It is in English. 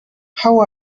how